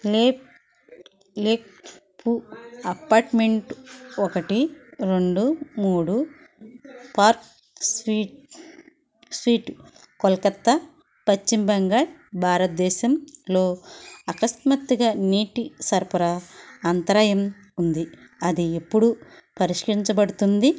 lake lake view apartment ఒకటి రెండు మూడు పార్క్ స్ట్రీట్ స్ట్రీటు కోల్కత్తా పశ్చిమ బెంగాల్ భారతదేశంలో అకస్మాత్తుగా నీటి సరఫరా అంతరాయం ఉంది అది ఎప్పుడు పరిష్కరించబడుతుంది